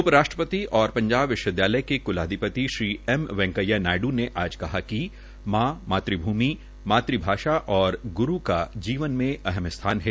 उप राष्ट्रपति और पंजाब विश्वविद्यालय के कुलपति श्री एम वैंकेया नायडू ने आज कहा कि मां मातु भूमि मातु भाषा और गुरू का जीवन में अहम स्थान है